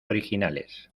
originales